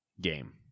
Game